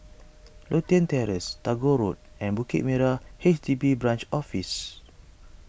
Lothian Terrace Tagore Road and Bukit Merah H D B Branch Office